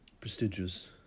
prestigious